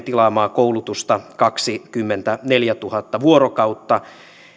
tilaamaa koulutusta kaksikymmentäneljätuhatta vuorokautta